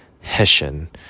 Hessian